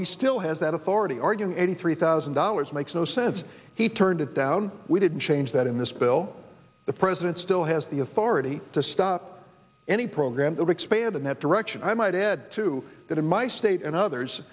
he still has that authority arguing eighty three thousand dollars makes no sense he turned it down we didn't change that in this bill the president still has the authority to stop any program that expand in that direction i might add to that in my state and others